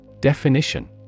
Definition